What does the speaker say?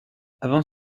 avant